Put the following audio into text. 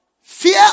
fear